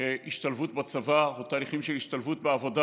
השתלבות בצבא או תהליכים של השתלבות בעבודה.